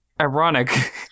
ironic